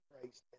Christ